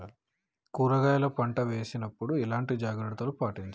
కూరగాయల పంట వేసినప్పుడు ఎలాంటి జాగ్రత్తలు పాటించాలి?